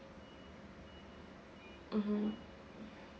mmhmm